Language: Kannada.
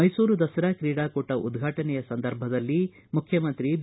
ಮೈಸೂರು ದಸರಾ ಕ್ರೀಡಾಕೂಟ ಉದ್ಘಾಟನೆಯ ಸಂದರ್ಭದಲ್ಲಿ ಮುಖ್ಯಮಂತ್ರಿ ಬಿ